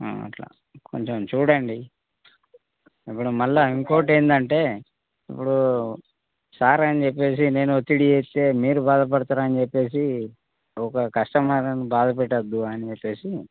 అట్లా కొంచెం చూడండి ఇప్పుడు మళ్ళా ఇంకోటేందంటే ఇప్పుడు సార్ అని చెప్పేసి నేను ఒత్తిడి చేస్తే మీరు బాధ పడతారని చెప్పేసి ఒక కస్టమర్ని బాధ పెట్టొద్దు అని చెప్పేసి